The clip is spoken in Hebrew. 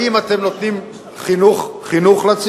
האם אתם נותנים חינוך לציבור?